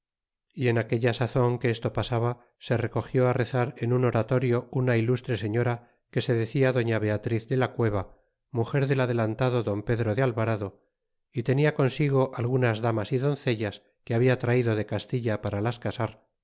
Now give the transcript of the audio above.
y en aquella sazon que esto pasaba se recogió rezar en un oratorio una ilustre señora que se decia doña beatriz de la cueva muger del adelantado don pedro de alvarado y tenia consigo algunas damas y doncellas que habia traido de castilla para las casar